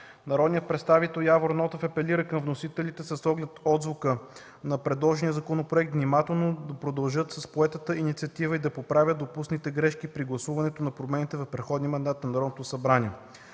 Народният представител Явор Нотев апелира към вносителите с оглед отзвука на предложения законопроект внимателно да продължат с поетата инициатива и да поправят допуснатите грешки при гласуването на промени в предходния мандат на Народното събрание.